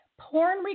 porn